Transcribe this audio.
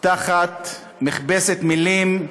מכבסת מילים,